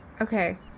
Okay